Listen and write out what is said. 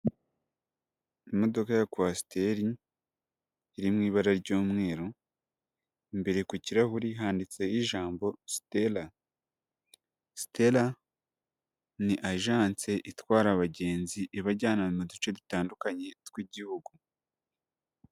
Imodoka ya kwasiteri iri mu ibara ry'umweru, imbere ku kirahuri handitseho ijambo Sitera, Sitera ni agense itwara abagenzi ibajyana mu duce dutandukanye tw'igihugu.